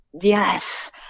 yes